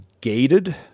gated